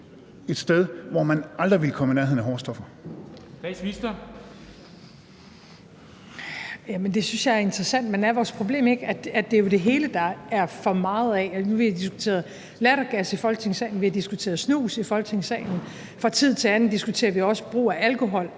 Statsministeren (Mette Frederiksen): Det synes jeg er interessant, men er vores problem ikke, at det jo er det hele, der er for meget af? Nu har vi diskuteret lattergas i Folketingssalen. Vi har diskuteret snus i Folketingssalen. Fra tid til anden diskuterer vi også brug af alkohol,